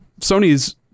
sony's